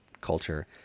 culture